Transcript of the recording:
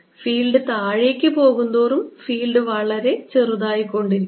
field താഴേക്ക് പോകുന്തോറും field വളരെ ചെറുതായികൊണ്ടിരിക്കും